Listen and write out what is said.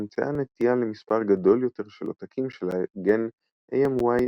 נמצאה נטייה למספר גדול יותר של עותקים של הגן AMY1,